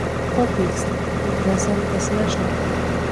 ko pyksti juk brezentas nešnara